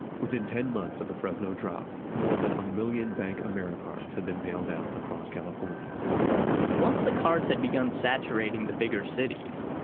within ten months of the fresno drop, more than a million bankamericards had been mailed out across california once the cards had begun saturating the bigger cities,